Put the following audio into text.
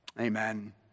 Amen